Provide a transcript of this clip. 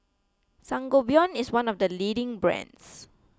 Sangobion is one of the leading brands